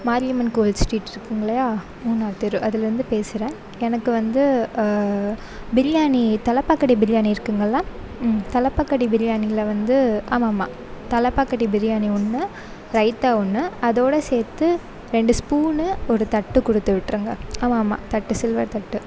மாரியம்மன் கோயில் ஸ்ட்ரீட் இருக்குங்கில்லையா மூணாவது தெரு அதுலிருந்து பேசுகிறேன் எனக்கு வந்து பிரியாணி தலைப்பாக்கட்டி பிரியாணி இருக்குங்கள்லை ம் தலைப்பாக்கட்டி பிரியாணியில் வந்து ஆமாம் ஆமாம் தலைப்பாக்கட்டி பிரியாணி ஒன்று ரைத்தா ஒன்று அதோடு சேர்த்து ரெண்டு ஸ்பூனு ஒரு தட்டு கொடுத்து விட்டுருங்க ஆமாம் ஆமாம் தட்டு சில்வர் தட்டு